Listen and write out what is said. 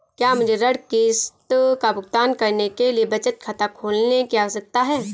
क्या मुझे ऋण किश्त का भुगतान करने के लिए बचत खाता खोलने की आवश्यकता है?